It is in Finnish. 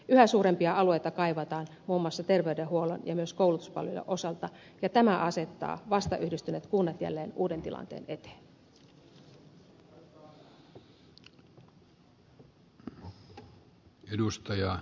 yhä suurempia alueita kaivataan muun muassa terveydenhuollon ja myös koulutuspalvelujen osalta ja tämä asettaa vasta yhdistyneet kunnat jälleen uuden tilanteen eteen